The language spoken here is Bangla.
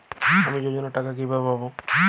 আমি যোজনার টাকা কিভাবে পাবো?